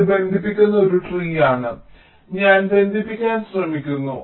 ഇത് ബന്ധിപ്പിക്കുന്ന ഒരു ട്രീ ആണ് ഞാൻ ബന്ധിപ്പിക്കാൻ ശ്രമിക്കുന്നു